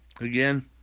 Again